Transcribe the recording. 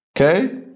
okay